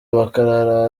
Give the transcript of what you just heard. bakarara